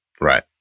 right